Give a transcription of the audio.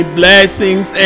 blessings